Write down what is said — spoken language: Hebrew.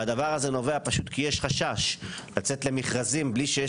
והדבר הזה נובע פשוט כי יש חשש לצאת למכרזים בלי שיש